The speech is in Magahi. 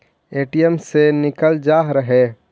ए.टी.एम से निकल जा है?